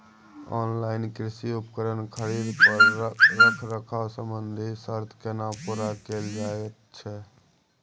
Online कृषि उपकरण खरीद पर रखरखाव संबंधी सर्त केना पूरा कैल जायत छै?